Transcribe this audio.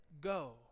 go